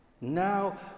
now